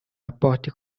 rapporti